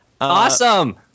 Awesome